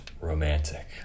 romantic